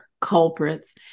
culprits